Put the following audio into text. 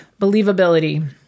believability